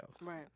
Right